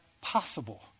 possible